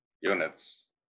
units